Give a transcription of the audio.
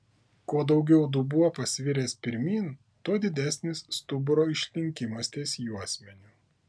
kuo daugiau dubuo pasviręs pirmyn tuo didesnis stuburo išlinkimas ties juosmeniu